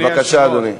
בבקשה, אדוני.